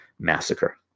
Massacre